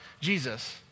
Jesus